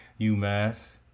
UMass